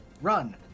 run